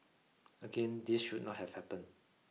again this should not have happened